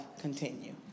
continue